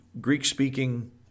Greek-speaking